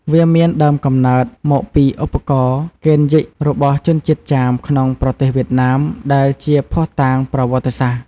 វាមានដើមកំណើតមកពីឧបករណ៍ "កេនយិ" របស់ជនជាតិចាមក្នុងប្រទេសវៀតណាម ដែលជាភស្តុតាងប្រវត្តិសាស្ត្រ។